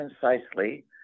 concisely